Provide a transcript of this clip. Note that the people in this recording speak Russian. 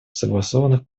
согласованных